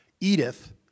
Edith